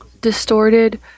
distorted